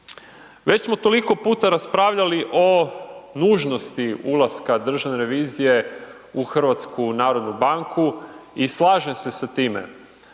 Već smo toliko puta raspravljali o nužnosti ulaska Državne revizije u HNB i slažem se sa time